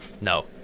no